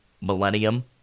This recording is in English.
millennium